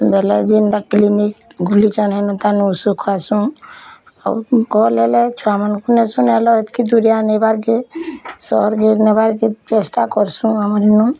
ବୋଲେ ଯେନ୍ ଟା କ୍ଲିନିକ୍ ଖୁଲିଛେ ହେନୁ ତାନୁ ଖାଇସୁଁ ଆଉ ଭଲ୍ ହେଲେ ଛୁଆମାନଙ୍କୁ ନେସୁଁ ନାଇଁ ତ ହେତ୍କି ଦୂରିଆ ନେବାର୍ କେ ସହର୍ କେ ନେବାର୍ କେ ଚେଷ୍ଟା କର୍ସୁଁ ଆମର୍ ଇନୁ